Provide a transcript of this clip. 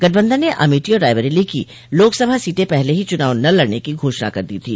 गठबंधन ने अमेठी और रायबरेली की लोकसभा सीटें पहले ही चुनाव न लड़ने की घोषणा कर दी थी